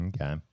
Okay